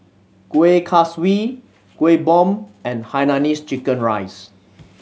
Kuih Kaswi Kueh Bom and hainanese chicken rice